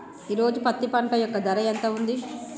ఈ రోజు పత్తి పంట యొక్క ధర ఎంత ఉంది?